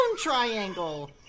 triangle